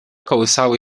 kołysały